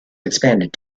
expanded